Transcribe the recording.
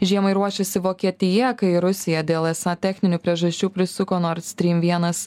žiemai ruošiasi vokietija kai rusija dėl esą techninių priežasčių prisuko nord strym vienas